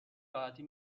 راحتی